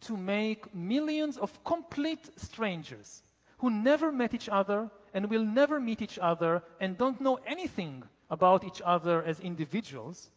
to make millions of complete strangers who never met each other and will never meet each other and don't know anything about each other as individuals,